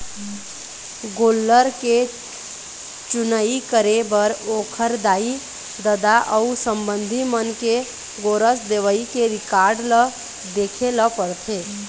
गोल्लर के चुनई करे बर ओखर दाई, ददा अउ संबंधी मन के गोरस देवई के रिकार्ड ल देखे ल परथे